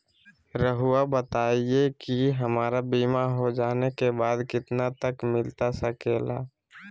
रहुआ बताइए कि हमारा बीमा हो जाने के बाद कितना तक मिलता सके ला?